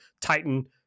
Titan